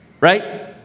Right